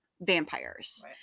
vampires